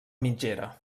mitgera